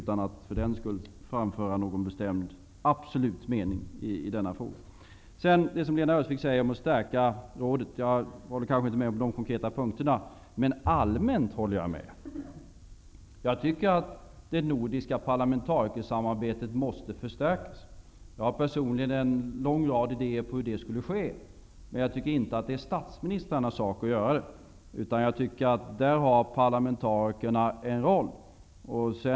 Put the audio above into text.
Jag vill säga detta utan att framföra någon absolut bestämd mening i denna fråga. Lena Öhrsvik talar vidare om att stärka rådet. Jag håller kanske inte med på de konkreta punkterna, men jag instämmer rent allmänt. Jag tycker att det nordiska parlamentarikersamarbetet måste förstärkas. Jag har personligen en lång rad idéer om hur detta skulle kunna ske, men jag tycker inte att det är statsministrarnas sak att genomföra det. Jag tycker att parlamentarikerna därvidlag har en roll.